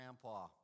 grandpa